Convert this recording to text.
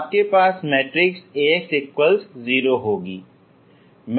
तो आपके पास मैट्रिक्स AX 0 है